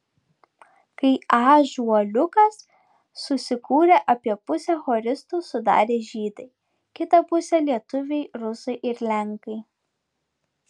kai ąžuoliukas susikūrė apie pusę choristų sudarė žydai kitą pusę lietuviai rusai ir lenkai